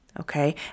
okay